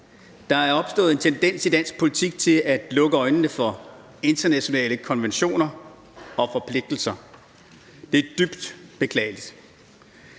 Der er opstået en tendens i dansk politik til at lukke øjnene for internationale konventioner og forpligtelser. Det er dybt beklageligt.